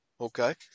okay